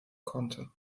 konnte